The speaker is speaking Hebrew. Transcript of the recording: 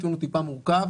התיאור הוא טיפה מורכב,